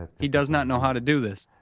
he does not know how to do this.